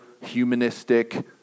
humanistic